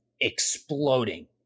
exploding